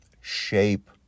shape